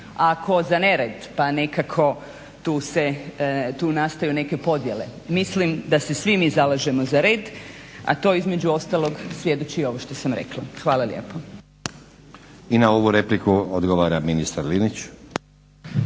tko za nered pa nekako tu nastaju neke podjele. Mislim da se svi mi zalažemo za red, a to između ostalog svjedoči ovo šta sam rekla. Hvala lijepo. **Stazić, Nenad (SDP)** I na ovu repliku odgovara ministar Linić.